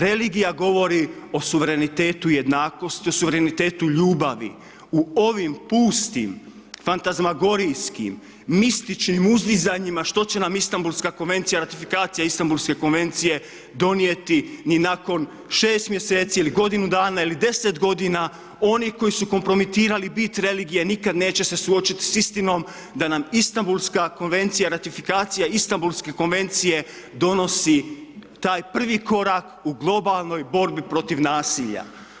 Religija govori o suverenitetu jednakosti, o suverenitetu ljubavi, u ovim pustim fantazmagorijskim, mističnim uzdizanjima što će nam Istanbulska konvencija, ratifikacija Istanbulske konvencije donijeti i nakon 6 mj. ili godinu dana ili 10 g. oni koji su kompromitirali bit religije, nikada se neće suočiti s istinom, da nam Istanbulska konvencija, ratifikacija Istanbulske konvencije, donosi, taj prvi korak u globalnoj borbi protiv nasilja.